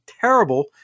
terrible